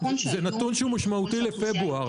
זה נתון שהוא משמעותי לפברואר.